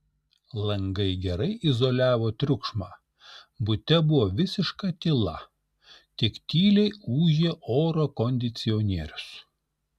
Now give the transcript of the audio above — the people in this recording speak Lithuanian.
langai gerai izoliavo triukšmą bute buvo visiška tyla tik tyliai ūžė oro kondicionierius